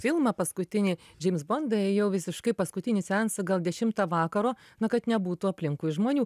filmą paskutinį džeims bondą ėjau visiškai paskutinį seansą gal dešimtą vakaro na kad nebūtų aplinkui žmonių